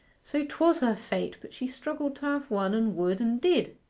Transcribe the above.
so twas her fate but she struggled to have one, and would, and did.